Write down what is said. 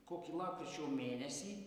kokį lapkričio mėnesį